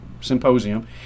symposium